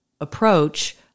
approach